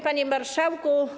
Panie Marszałku!